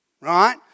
Right